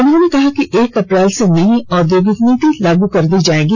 उन्होंने कहा कि एक अप्रैल से नई औद्योगिक नीति लागू कर दी जाएगी